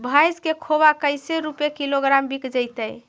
भैस के खोबा कैसे रूपये किलोग्राम बिक जइतै?